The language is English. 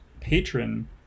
patron